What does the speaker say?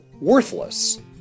worthless